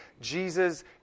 Jesus